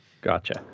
Gotcha